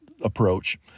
approach